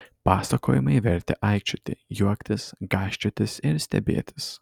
pasakojimai vertė aikčioti juoktis gąsčiotis ir stebėtis